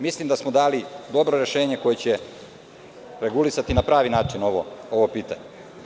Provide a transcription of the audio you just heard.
Mislim da smo dali dobro rešenje koje će regulisati na pravi način ovo pitanje.